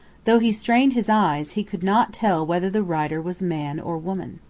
though he strained his eyes, he could not tell whether the rider was man or woman.